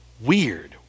Weird